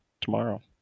tomorrow